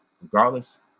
regardless